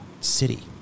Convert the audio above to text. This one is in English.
city